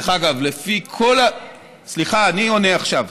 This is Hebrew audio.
דרך אגב, לפי כל, סליחה, אני עונה עכשיו.